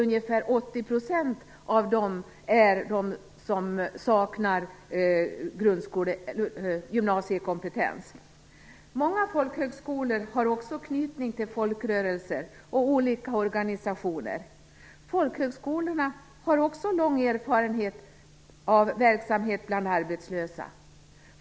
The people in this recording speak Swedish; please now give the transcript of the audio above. Ungefär 80 % av dem är personer som saknar gymnasiekompetens. Många folkhögskolor har också anknytning till folkrörelser och olika organisationer. Folkhögskolorna har också lång erfarenhet av verksamhet bland arbetslösa.